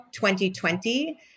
2020